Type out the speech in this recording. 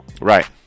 Right